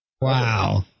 Wow